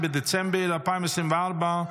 התשפ"ה 2024,